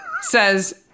says